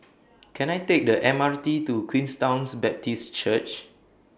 Can I Take The M R T to Queenstown's Baptist Church